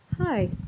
hi